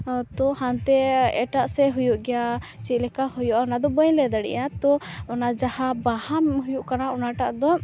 ᱛᱚ ᱦᱟᱱᱛᱮ ᱮᱴᱟᱜ ᱥᱮᱫ ᱦᱩᱭᱩᱜ ᱜᱤᱭᱟ ᱪᱮᱫᱞᱮᱠᱟ ᱦᱩᱭᱩᱜᱼᱟ ᱩᱱᱟᱫᱚ ᱵᱟᱹᱧᱞᱟᱹᱭ ᱫᱟᱲᱮᱜᱼᱟ ᱛᱚ ᱚᱱᱟ ᱡᱟᱦᱟᱸ ᱵᱟᱦᱟ ᱦᱩᱭᱩᱜ ᱠᱟᱱᱟ ᱩᱱᱟᱴᱟᱜ ᱫᱚ